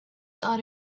thought